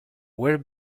were